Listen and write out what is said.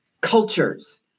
cultures